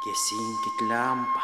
gesinkit lempą